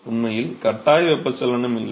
உண்மையில் கட்டாய வெப்பச் சலனம் இல்லை